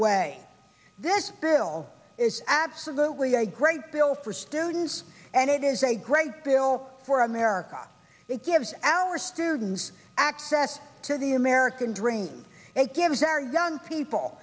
way this bill is absolutely a great deal for students and it is a great bill for america it gives our students access to the american dream it gives our young people